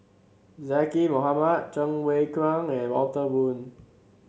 Zaqy Mohamad Cheng Wai Keung and Walter Woon